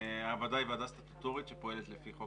הוועדה היא ועדה סטטוטורית שפועלת לפי חוק